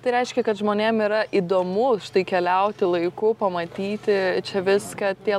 tai reiškia kad žmonėm yra įdomu štai keliauti laiku pamatyti čia viską tie